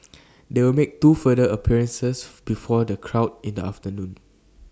they will make two further appearances before the crowd in the afternoon